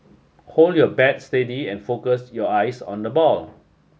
hold your bat steady and focus your eyes on the ball